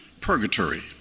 purgatory